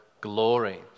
glory